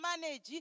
manage